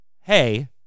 hey